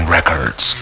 Records